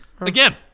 Again